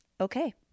Okay